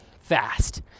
fast